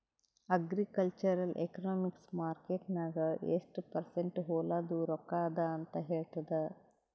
agricultural economics market ನಾಗ್ ಎಷ್ಟ percent ಹೊಲಾದು ರೊಕ್ಕಾ ಅದ ಅಂತ ಹೇಳ್ತದ್